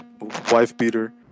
wife-beater